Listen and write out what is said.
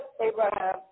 Abraham